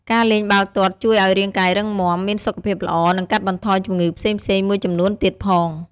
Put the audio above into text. ការលេងបាល់ទាត់ជួយឲ្យរាងកាយរឹងមាំ មានសុខភាពល្អ និងកាត់បន្ថយជំងឺផ្សេងៗមួយចំនួនទៀតផង។